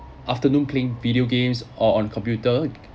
afternoon playing video games or on computer